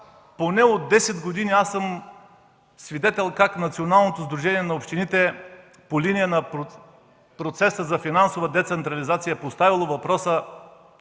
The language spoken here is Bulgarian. Поне от 10 години съм свидетел, че Националното сдружение на общините по линия на процеса за финансова децентрализация е поставяло въпроса